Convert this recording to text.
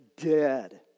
dead